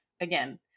again